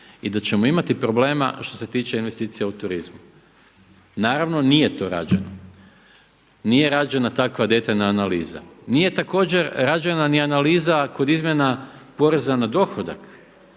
i da ćemo imati problema što se tiče investicija u turizmu. Naravno, nije to rađeno, nije rađena takva detaljna analiza, nije također rađena ni analiza kod izmjena poreza na dohodak